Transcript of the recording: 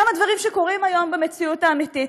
כמה דברים שקורים היום במציאות האמיתית,